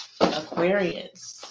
Aquarius